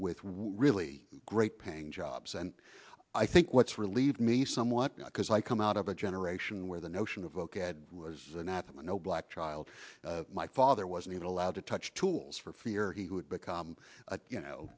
well really great paying jobs and i think what's relieved me somewhat because i come out of a generation where the notion of ok was anathema no black child my father wasn't allowed to touch tools for fear he would become you know